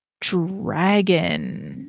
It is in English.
dragon